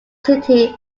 city